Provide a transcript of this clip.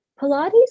pilates